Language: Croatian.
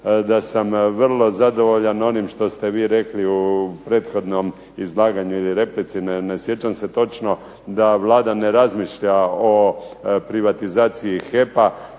da sam vrlo zadovoljan onim što ste vi rekli u prethodnom izlaganju ili replici, ne sjećam se točno, da Vlada ne razmišlja o privatizaciji HEP-a